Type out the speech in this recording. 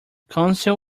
council